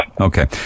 okay